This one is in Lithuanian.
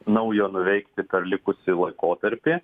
naujo nuveikti per likusį laikotarpį